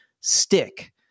stick